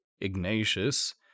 Ignatius